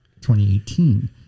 2018